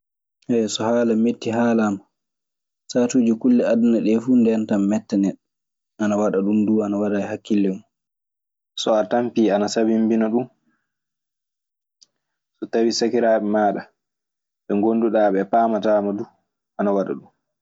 So haala metti haalaama, saatuji kulle aduna ɗe fu ndentan metta neɗɗo ana waɗa, ɗundu ana wara e hakkille mun. So a tampi, ana sabinbina ɗun. So tawii sakiraaɓe maaɗa ɓe ngonduɗa ɓee paamataama du ana waɗa ɗun.